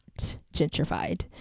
gentrified